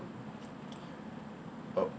!oops!